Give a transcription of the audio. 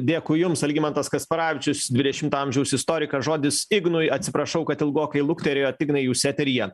dėkui jums algimantas kasparavičius dvidešimto amžiaus istorikas žodis ignui atsiprašau kad ilgokai lukterėjot ignai jūs eteryje